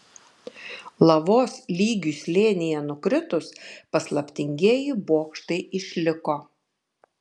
lavos lygiui slėnyje nukritus paslaptingieji bokštai išliko